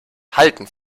halten